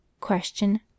question